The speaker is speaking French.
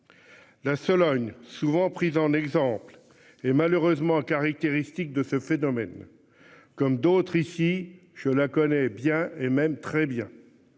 La Sologne souvent pris en exemple et malheureusement caractéristique de ce phénomène. Comme d'autres ici je la connais bien et même très bien.